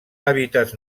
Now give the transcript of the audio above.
hàbitats